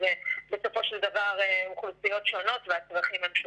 בסופו של דבר זה אוכלוסיות שונות והצרכים הם שונים.